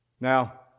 Now